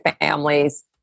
families